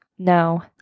No